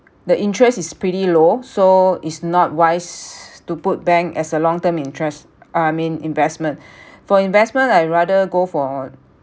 the interest is pretty low so it's not wise to put bank as a long term interest I mean investment for investment I rather go for